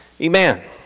Amen